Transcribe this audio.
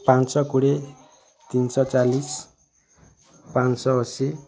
ପାଞ୍ଚ ଶହ କୋଡ଼ିଏ ତିନିଶହ ଚାଳିଶ ପାଞ୍ଚଶହ ଅଶୀ